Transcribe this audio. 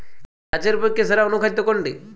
গাছের পক্ষে সেরা অনুখাদ্য কোনটি?